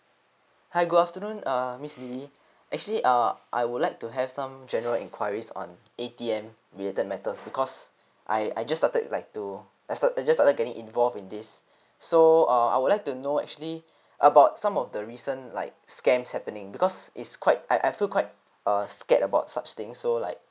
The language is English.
hi good afternoon err miss lily actually err I would like to have some general inquiries on A_T_M related matters because I I just started like to I start I just started getting involved in this so err I would like to know actually about some of the recent like scams happening because it's quite I I feel quite err scared about such thing so like